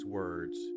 words